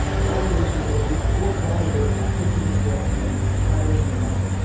low english abilities, poor quality work. that's what you're going to get from hiring remote.